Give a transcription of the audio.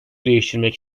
değiştirmek